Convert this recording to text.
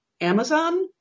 Amazon